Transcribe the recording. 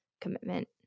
commitment